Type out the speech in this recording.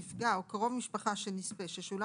הממשלה מבקשת להוסיף: נפגע או קרוב משפחה של נספה ששולם